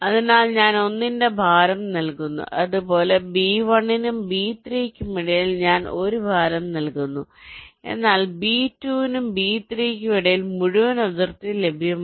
അതിനാൽ ഞാൻ 1 ന്റെ ഭാരം നൽകുന്നു അതുപോലെ B1 നും B3 നും ഇടയിൽ ഞാൻ 1 ഭാരം നൽകുന്നു എന്നാൽ B2 നും B3 നും ഇടയിൽ മുഴുവൻ അതിർത്തിയും ലഭ്യമാണ്